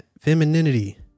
femininity